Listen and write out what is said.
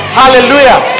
hallelujah